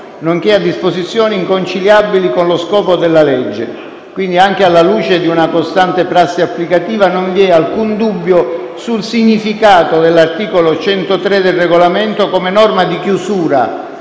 nonché a disposizioni «inconciliabili con lo scopo della legge». Quindi, anche alla luce di una costante prassi applicativa, non vi è alcun dubbio sul significato dell'articolo 103 del Regolamento come norma di chiusura